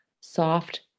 soft